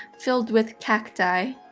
filled with cacti.